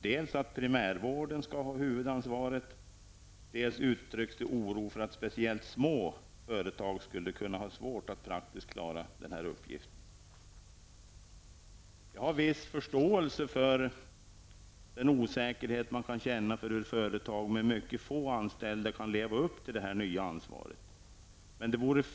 Dels sägs det att primärvården skall ha huvudansvaret, dels uttrycks det oro för att speciellt små företag skulle kunna ha svårt att praktiskt klara den här uppgiften. Jag har viss förståelse för den osäkerhet som man kan känna för hur nya företag med mycket få anställda kan leva upp till det här nya ansvaret.